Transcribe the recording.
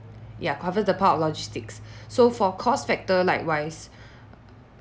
ya covers the part of logistics so for cost factor likewise